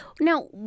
Now